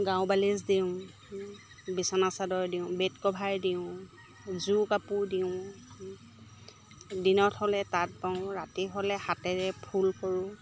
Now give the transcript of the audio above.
গাৰু বালিচ দিওঁ বিছনাচাদৰ দিওঁ বেডকভাৰ দিওঁ যোৰ কাপোৰ দিওঁ দিনত হ'লে তাঁত বওঁ ৰাতি হ'লে হাতেৰে ফুল কৰোঁ